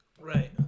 Right